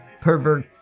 pervert